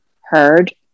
heard